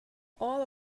all